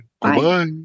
Bye